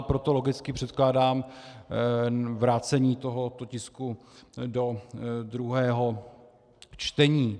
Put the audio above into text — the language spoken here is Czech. Proto logicky předkládám vrácení tohoto tisku do druhého čtení.